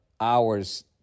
hours